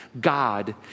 God